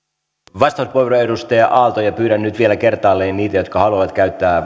vastauspuheenvuoro edustaja aalto ja pyydän nyt vielä kertaalleen niitä jotka haluavat käyttää